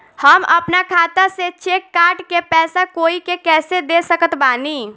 हम अपना खाता से चेक काट के पैसा कोई के कैसे दे सकत बानी?